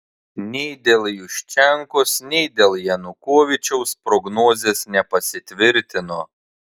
nei dėl juščenkos nei dėl janukovyčiaus prognozės nepasitvirtino